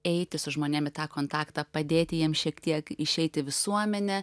eiti su žmonėm į tą kontaktą padėti jiem šiek tiek išeiti į visuomenę